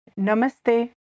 Namaste